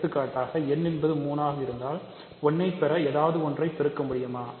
எடுத்துக்காட்டாக n என்பது 3 ஆக இருந்தால் 1 ஐப் பெற ஏதாவது ஒன்றை பெருக்க முடியுமா